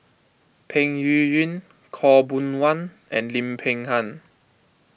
Peng Yuyun Khaw Boon Wan and Lim Peng Han